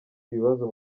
ibibazo